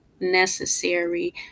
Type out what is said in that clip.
necessary